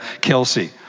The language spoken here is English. Kelsey